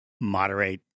moderate